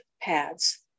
pads